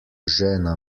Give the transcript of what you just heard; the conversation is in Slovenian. žena